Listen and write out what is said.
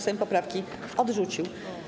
Sejm poprawki odrzucił.